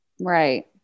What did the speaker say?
Right